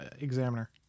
examiner